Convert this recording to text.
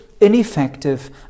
ineffective